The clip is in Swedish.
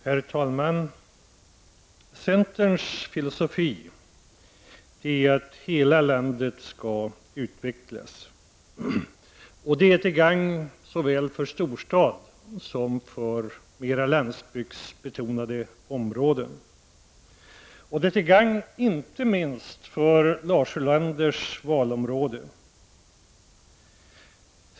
Herr talman! Centerns filosofi är att hela landet skall utvecklas. Det är till gagn såväl för storstad som för mera landsbygdsbetonade områden. Det är till gagn inte minst för Lars Ulanders valområde.